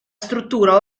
struttura